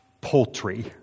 Poultry